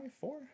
four